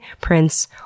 prince